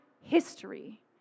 history